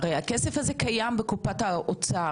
הרי הכסף הזה קיים בקופת האוצר,